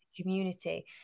community